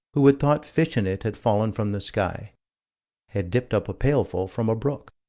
who had thought fish in it had fallen from the sky had dipped up a pailful from a brook.